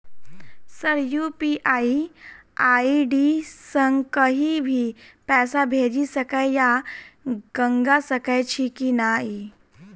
Sir UPI ID सँ कहि भी पैसा भेजि सकै या मंगा सकै छी की न ई?